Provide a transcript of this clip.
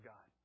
God